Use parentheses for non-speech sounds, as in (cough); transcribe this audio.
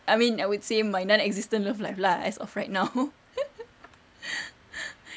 I mean I would say my non-existent love life lah as of right now (laughs)